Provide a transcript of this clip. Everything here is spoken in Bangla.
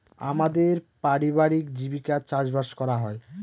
আমাদের পারিবারিক জীবিকা চাষবাস করা হয়